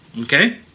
okay